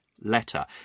letter